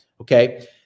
okay